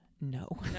No